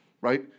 Right